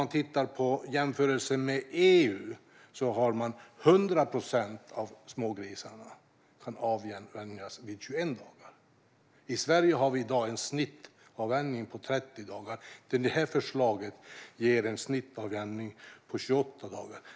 Man kan jämföra med EU-reglerna, enligt vilka 100 procent av smågrisarna kan avvänjas vid 21 dagar. I Sverige har vi i dag en snittavvänjning på 30 dagar. Det här förslaget ger en snittavvänjning på 28 dagar.